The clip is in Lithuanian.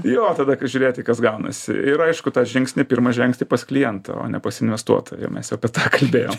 jo tada kai žiūrėti kas gaunasi ir aišku tą žingsnį pirmą žengti pas klientą o ne pas investuotoją jau mes apie tą kalbėjom